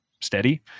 steady